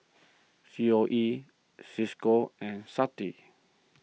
C O E Cisco and SAFTI